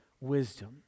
wisdom